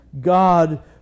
God